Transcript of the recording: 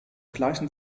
gleichen